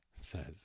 says